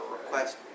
request